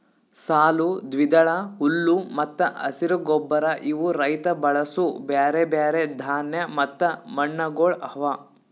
ಸಾಲು, ದ್ವಿದಳ, ಹುಲ್ಲು ಮತ್ತ ಹಸಿರು ಗೊಬ್ಬರ ಇವು ರೈತ ಬಳಸೂ ಬ್ಯಾರೆ ಬ್ಯಾರೆ ಧಾನ್ಯ ಮತ್ತ ಮಣ್ಣಗೊಳ್ ಅವಾ